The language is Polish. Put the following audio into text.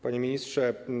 Panie Ministrze!